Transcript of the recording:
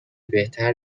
بهتر